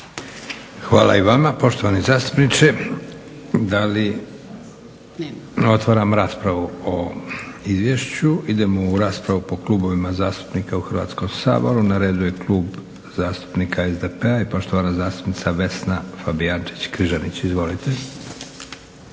Hvala i vama poštovani zastupniče. Otvaram raspravu o izvješću. idemo u raspravu po klubovima zastupnika u Hrvatskom saboru. Na redu je Klub zastupnika SDP-a i poštovana zastupnica Vesna Fabijančić-Križanić. Izvolite.